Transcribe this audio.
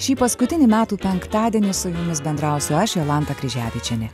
šį paskutinį metų penktadienį su jumis bendrausiu aš jolanta kryževičienė